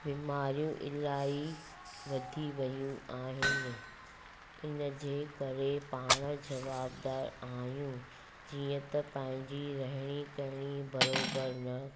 बीमारियूं इलाही वधी वेयूं आहिनि इनजे करे पाणि जवाबदार आहियूं जीअं त पंहिंजी रहिणी करिणी बराबरि न